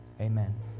Amen